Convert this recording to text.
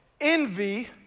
envy